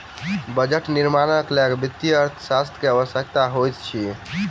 budget निर्माणक लेल वित्तीय अर्थशास्त्री के आवश्यकता होइत अछि